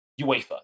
UEFA